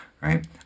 right